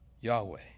Yahweh